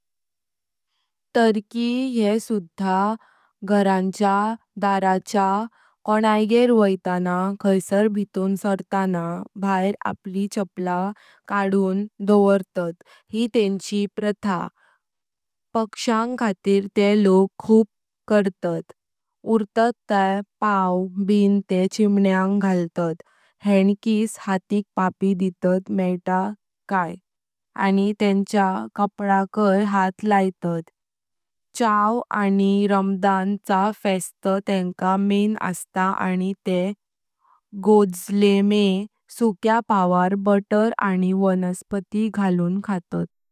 टर्की ये सुधा घराच्या दर्याच्या, कोंईघर व्हेतानत, खाइसार भितुन सारताना भायर आपली चपला काढुन दोवोरतात यी तेंची प्रथा, पक्ष्यांक खातिर ते लोक खूब कर्तात उर्तत ते पाव ब ते चिमण्यांग घालतत, हातिक पापी दितात माइता काइट, आनी तेंच्या कपलाकाई हात लायतात, चाव आनी रमजान चा फेस्टा तेंका मेन अस्त आनी ते गोज़लेमे (सुक्या पावार बटर आनी वनस्पति घालुन खातात)।